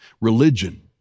Religion